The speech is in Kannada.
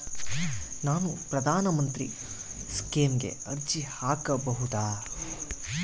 ನಾನು ಪ್ರಧಾನ ಮಂತ್ರಿ ಸ್ಕೇಮಿಗೆ ಅರ್ಜಿ ಹಾಕಬಹುದಾ?